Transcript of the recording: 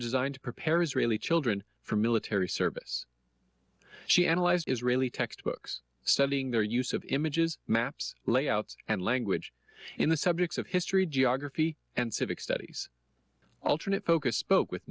designed to prepare israeli children for military service she analyzed israeli textbooks studying their use of images maps layouts and language in the subjects of history geography and civic studies alternate focus spoke with